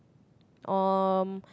um